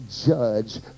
judge